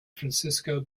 francisco